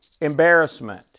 embarrassment